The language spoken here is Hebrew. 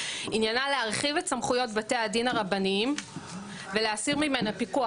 עניינה להרחיב את סמכויות בתי הדין הרבניים ולהסיר ממנה פיקוח,